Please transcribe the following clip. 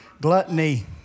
Gluttony